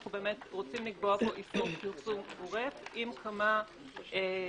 אנחנו רוצים לקבוע פה איסור פרסום גורף עם כמה חריגים.